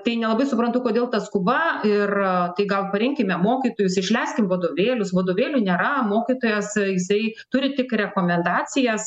tai nelabai suprantu kodėl ta skuba ir tai gal parinkime mokytojus išleiskim vadovėlius vadovėlių nėra mokytojas jisai turi tik rekomendacijas